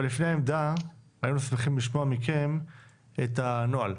אבל לפני העמדה היינו שמחים לשמוע מכם את הנוהל,